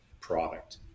product